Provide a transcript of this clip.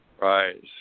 Right